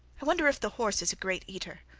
i wonder if the horse is a great eater.